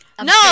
No